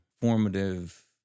formative